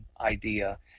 idea